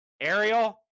Ariel